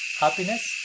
happiness